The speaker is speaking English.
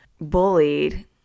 bullied